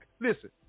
Listen